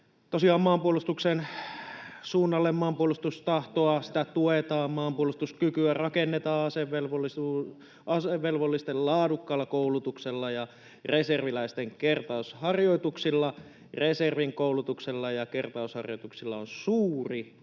maanpuolustuksen suunnalla maanpuolustustahtoa tuetaan, maanpuolustuskykyä rakennetaan asevelvollisten laadukkaalla koulutuksella ja reserviläisten kertausharjoituksilla. Reservin koulutuksella ja kertausharjoituksilla on suuri merkitys